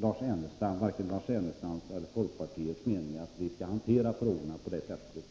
Lars Ernestams och folkpartiets mening att riksdagen skall hantera frågan på det sättet.